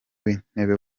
wintebe